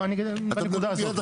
לא, אני אגיד את זה בנקודה הזאת.